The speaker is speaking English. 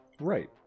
Right